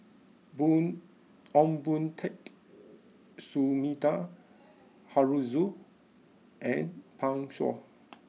Boon Ong Boon Tat Sumida Haruzo and Pan Shou